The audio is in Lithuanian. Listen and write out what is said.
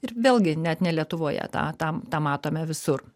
ir vėlgi net ne lietuvoje tą tą tą matome visur